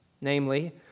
Namely